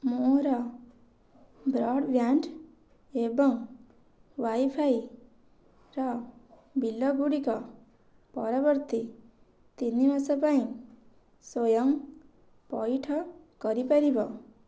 ମୋର ବ୍ରଡ଼୍ବ୍ୟାଣ୍ଡ୍ ଏବଂ ୱାଇଫାଇର ବିଲ୍ ଗୁଡ଼ିକ ପରବର୍ତ୍ତୀ ତିନି ମାସ ପାଇଁ ସ୍ଵୟଂ ପଇଠ କରିପାରିବ